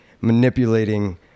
manipulating